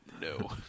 No